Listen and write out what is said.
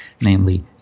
namely